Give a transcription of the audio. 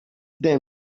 them